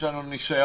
יש לנו ניסיון,